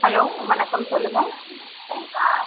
hello வணக்கம் சொல்லுங்கள்